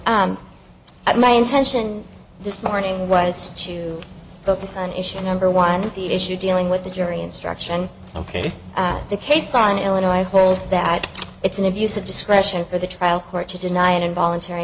at my intention this morning was to focus on issue number one the issue dealing with the jury instruction ok the case on illinois holds that it's an abuse of discretion for the trial court to deny an involuntary